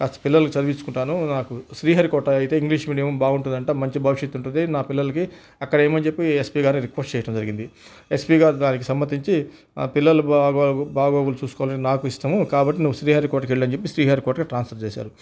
కాస్త పిల్లలకి చదివించుకుంటాను నాకు శ్రీహరికోట అయితే ఇంగ్లీష్ మీడియం బాగుంటుందట మంచి భవిష్యత్తు ఉంటుంది నా పిల్లలకి అక్కడ ఏయమని చెప్పి ఎస్పీ గారిని రిక్వెస్ట్ చేయడం జరిగింది ఎస్పీ గారు దానికి సమ్మతించి పిల్లల బాగో బాగోగులు చూసుకోవాలని నాకు ఇష్టము కాబట్టి నువ్వు శ్రీహరికోటకు వెళ్ళు అని చెప్పేసి శ్రీహరికోటకి ట్రాన్స్పర్ చేశారు